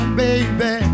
baby